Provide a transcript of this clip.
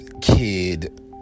kid